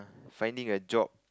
finding a job